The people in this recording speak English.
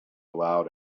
loud